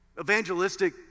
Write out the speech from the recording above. evangelistic